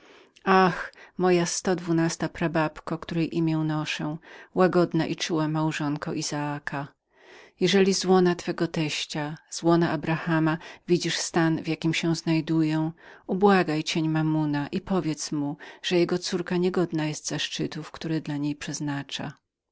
ach moja sto dwudziesta prababko której imię noszę łagodna i czuła małżonko izaaka jeżeli z łona twego teścia z łona abrahama widzisz stan w jakim się znajduję ubłagaj cień mamona i powiedz mu że jego córka niegodną jest zaszczytów które dla niej przeznacza